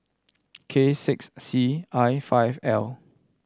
K six C I five L